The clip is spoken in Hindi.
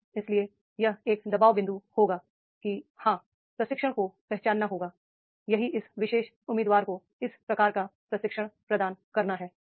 और इसलिए यह एक दबाव बिंदु होगा कि हां प्रशिक्षण को पहचानना होगा यही इस विशेष उम्मीदवार को किस प्रकार का प्रशिक्षण प्रदान करना है